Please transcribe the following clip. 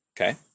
Okay